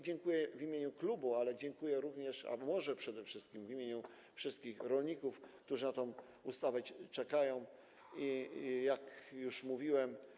Dziękuję w imieniu klubu, ale dziękuję również, a może przede wszystkim, w imieniu wszystkich rolników, którzy na tę ustawę czekają, jak już mówiłem.